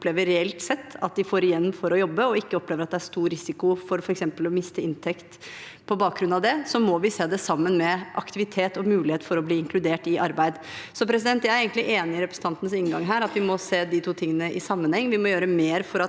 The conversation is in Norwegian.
opplever at de får igjen for å jobbe, og ikke opplever at det er stor risiko for f.eks. å miste inntekt på grunn av det, må vi se det sammen med aktivitet og muligheten for å bli inkludert i arbeid. Så jeg er egentlig enig i representantens inngang her, at vi må se de to tingene i sammenheng. Vi må gjøre mer for at